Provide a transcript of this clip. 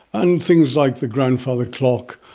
and things like the grandfather clock,